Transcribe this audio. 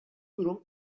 durum